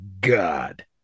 god